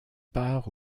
part